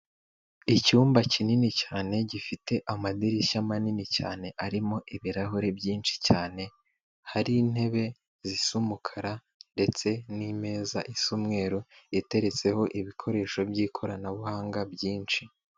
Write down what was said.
Icyumba kinini cyane gifite amadirishya manini cyane arimo ibirahuri byinshi cyane, hari intebe zisa umukara ndetse n'imeza isa umweru iteretseho ibikoresho by'ikoranabuhanga byinshi.